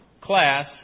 class